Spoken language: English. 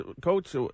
Coach